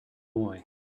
boy